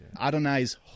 Adonai's